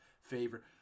favor